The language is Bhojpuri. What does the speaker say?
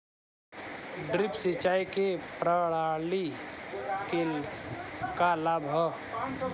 ड्रिप सिंचाई प्रणाली के का लाभ ह?